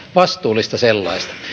vastuullista sellaista